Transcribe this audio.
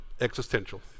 existential